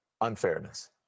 Unfairness